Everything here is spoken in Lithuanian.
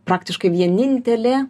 praktiškai vienintelė